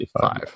five